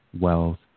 wealth